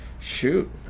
shoot